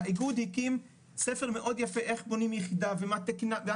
האיגוד הקים ספר מאוד יפה איך בונים יחידה ומה תיקנה,